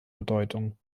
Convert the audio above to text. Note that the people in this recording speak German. bedeutung